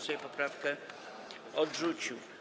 Sejm poprawkę odrzucił.